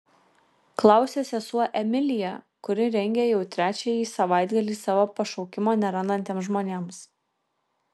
klausia sesuo emilija kuri rengia jau trečiąjį savaitgalį savo pašaukimo nerandantiems žmonėms